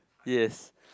yes